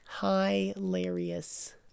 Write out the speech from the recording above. Hilarious